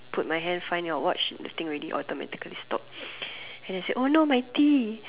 put my hand find your watch the thing already automatically stop and then I see oh no my tea